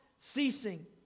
ceasing